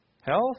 Health